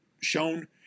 shown